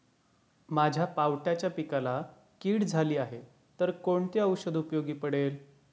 माझ्या पावट्याच्या पिकाला कीड झाली आहे तर कोणते औषध उपयोगी पडेल?